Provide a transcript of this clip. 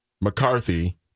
McCarthy